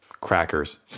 crackers